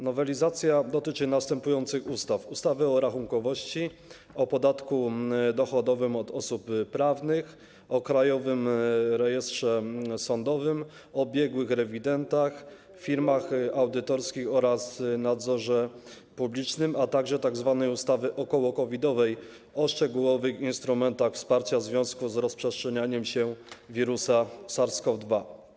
Nowelizacja dotyczy następujących ustaw: ustawy o rachunkowości, o podatku dochodowym od osób prawnych, o Krajowym Rejestrze Sądowym, o biegłych rewidentach, firmach audytorskich oraz nadzorze publicznym, a także tzw. ustawy około-COVID-owej - o szczegółowych instrumentach wsparcia w związku z rozprzestrzenianiem się wirusa SARS-CoV-2.